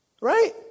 Right